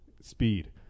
Speed